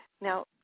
Now